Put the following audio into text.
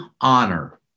honor